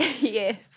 Yes